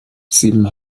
sieben